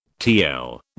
TL